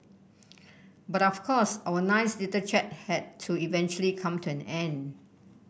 but of course our nice little chat had to eventually come to an end